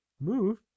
Move